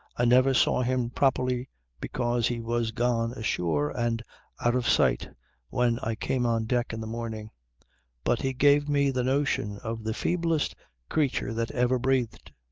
i never saw him properly because he was gone ashore and out of sight when i came on deck in the morning but he gave me the notion of the feeblest creature that ever breathed.